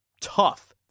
tough